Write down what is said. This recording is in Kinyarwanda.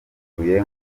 yavuye